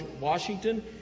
Washington